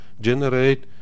generate